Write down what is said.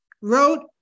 wrote